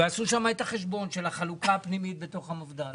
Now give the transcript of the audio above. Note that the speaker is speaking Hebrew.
ועשו שם את החשבון של החלוקה הפנימית בתוך המפד"ל.